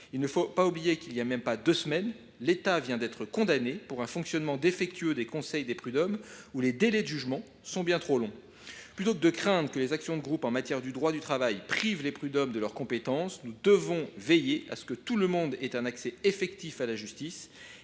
vient d’être condamné, voilà à peine deux semaines, pour le fonctionnement défectueux des conseils de prud’hommes, où les délais de jugement sont bien trop longs. Plutôt que de craindre que les actions de groupe en matière de droit du travail privent les prud’hommes de leurs compétences, nous devons veiller à ce que tout le monde ait un accès effectif à la justice,